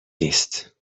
نیست